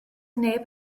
neb